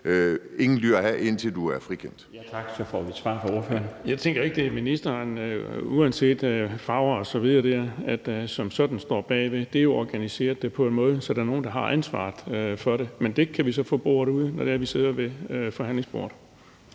Kl. 18:17 Erling Bonnesen (V): Jeg tænker ikke, det er ministeren, uanset partifarve osv., der som sådan står bagved. Det er jo organiseret på en måde, hvor der er nogle, der har ansvaret for det. Men det kan vi så få boret ud, når det er, vi sidder ved forhandlingsbordet.